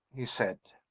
he said.